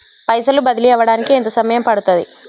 పైసలు బదిలీ అవడానికి ఎంత సమయం పడుతది?